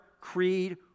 creed